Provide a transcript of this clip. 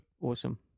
Awesome